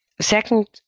second